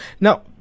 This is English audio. Now